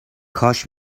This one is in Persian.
کاش